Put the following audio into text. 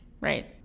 Right